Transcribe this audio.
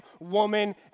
woman